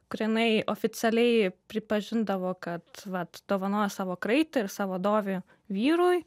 grynai oficialiai pripažindavo kad vat dovanoja savo kraitį ir savo dovį vyrui